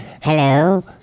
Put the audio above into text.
Hello